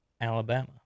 Alabama